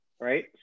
right